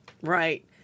Right